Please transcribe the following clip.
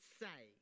say